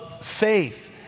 faith